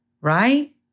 right